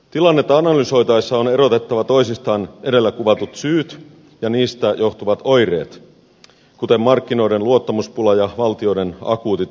tilannetta analysoitaessa on erotettava toisistaan edellä kuvatut syyt ja niistä johtuvat oireet kuten markkinoiden luottamuspula ja valtioiden akuutit rahoitusvaikeudet